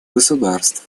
государств